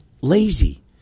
Lazy